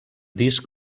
disc